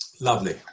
Lovely